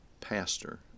pastor